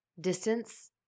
distance